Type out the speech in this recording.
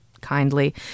kindly